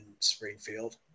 Springfield